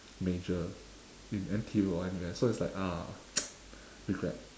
major in N_T_U or N_U_S so it's like ah regret